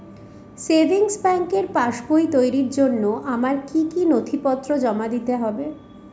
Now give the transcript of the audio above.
Savings ব্যাংকের passbook তৈরির জন্য আমার কি কি নথিপত্র জমা দিতে হবে?